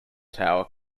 tower